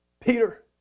Peter